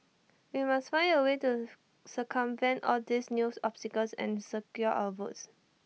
we must find A way to circumvent all these news obstacles and secure our votes